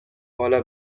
بالا